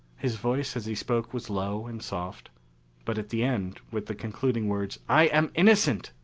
his voice as he spoke was low and soft but at the end, with the concluding words, i am innocent!